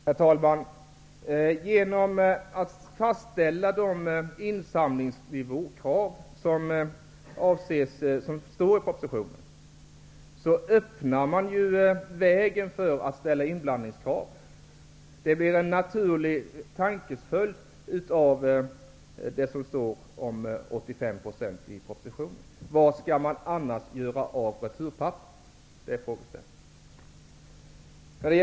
Herr talman! Genom att fastställa de insamlingskrav som det talas om i propositionen banar man väg för ett införande av inblandningskrav. Det blir naturligt att tänka så med anledning av det som sägs om de 85 procenten i propositionen -- för vad skall man annars göra av returpappret?